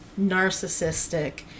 narcissistic